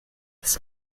das